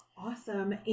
Awesome